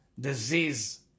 disease